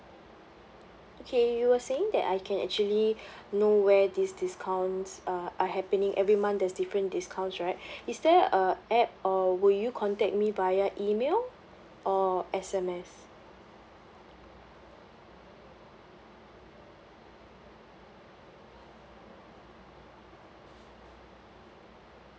okay you were saying that I can actually know where this discount uh are happening every month there's different discounts right is there a app or would you contact me via email or S_M_S